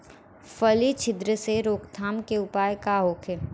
फली छिद्र से रोकथाम के उपाय का होखे?